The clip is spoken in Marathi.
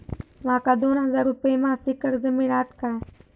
माका दोन हजार रुपये मासिक कर्ज मिळात काय?